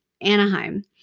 Anaheim